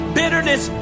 bitterness